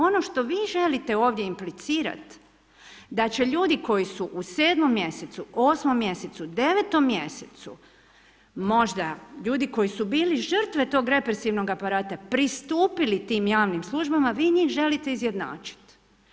Ono što vi želite ovdje implicirat, da će ljudi koji su u 7. mjesecu, 8. mjesecu, 9. mjesecu možda ljudi koji su bili žrtve tog represivnog aparata pristupili tim javnim službama, vi njih želite izjednačit.